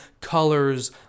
colors